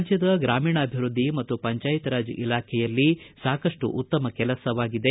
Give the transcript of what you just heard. ರಾಜ್ಯದ ಗ್ರಾಮೀಣಾಭಿವೃದ್ಧಿ ಮತ್ತು ಪಂಚಾಯತ್ ರಾಜ್ ಇಲಾಖೆಯಲ್ಲಿ ಸಾಕಷ್ಟು ಉತ್ತಮ ಕೆಲಸವಾಗಿದೆ